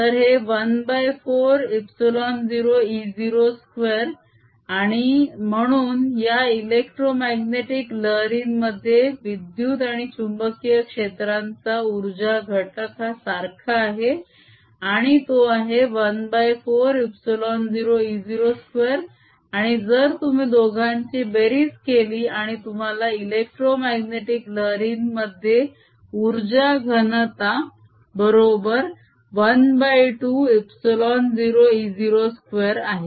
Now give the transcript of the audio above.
तर हे 14ε0 e02 आणि म्हणून या इलेक्ट्रोमाग्नेटीक लहारीमाधी विद्युत आणि चुंबकीय क्षेत्रांचा उर्जा घटक हा सारखा आहे आणि तो आहे 14ε0e02 आणि जर तुम्ही दोघांची बेरीज केली आणि तुम्हाला इलेक्ट्रोमाग्नेटीक लहारीमध्ये उर्जा घनता बरोबर ½ ε0e02 आहे